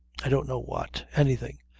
i don't know what. anything.